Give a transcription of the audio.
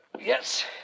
Yes